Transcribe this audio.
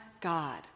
God